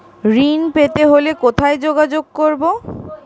ঋণ পেতে হলে কোথায় যোগাযোগ করব?